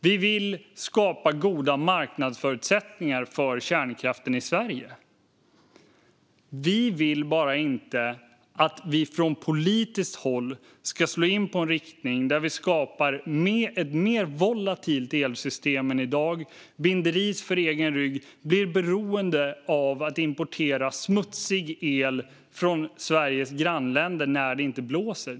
Vi vill skapa goda marknadsförutsättningar för kärnkraften i Sverige. Vi vill bara inte att vi från politiskt håll ska slå in på en riktning där vi skapar ett mer volatilt elsystem än i dag, binder ris åt egen rygg och blir beroende av att importera smutsig el från Sveriges grannländer när det inte blåser.